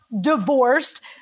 divorced